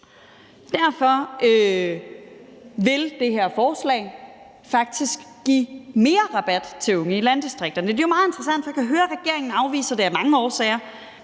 Derfor vil det her forslag faktisk give mere rabat til unge i landdistrikterne. Det er jo meget interessant, for jeg kan høre regeringen afviser det af mange årsager